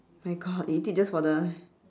my god you eat it just for the